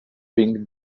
being